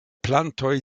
plantoj